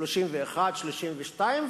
31% 32%,